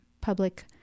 public